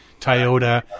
Toyota